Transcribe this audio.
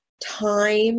time